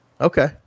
okay